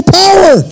power